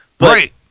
Right